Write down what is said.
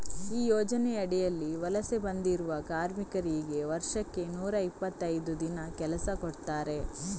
ಈ ಯೋಜನೆ ಅಡಿಯಲ್ಲಿ ವಲಸೆ ಬಂದಿರುವ ಕಾರ್ಮಿಕರಿಗೆ ವರ್ಷಕ್ಕೆ ನೂರಾ ಇಪ್ಪತ್ತೈದು ದಿನ ಕೆಲಸ ಕೊಡ್ತಾರೆ